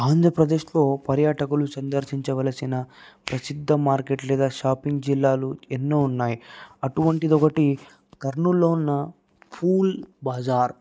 ఆంధ్రప్రదేశ్లో పర్యాటకులు సందర్శించవలసిన ప్రసిద్ధ మార్కెట్ లేదా షాపింగ్ జిల్లాలో ఎన్నో ఉన్నాయి అటువంటిది ఒకటి కర్నూల్లో ఉన్న ఫూల్ బజార్